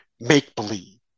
make-believe